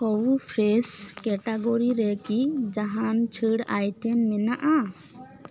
ᱦᱚᱣᱩ fresh category ᱨᱮᱠᱤ ᱡᱟᱦᱟᱱ ᱪᱷᱟᱹᱲ ᱟᱭᱴᱮᱢ ᱢᱮᱱᱟᱜᱼᱟ